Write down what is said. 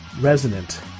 resonant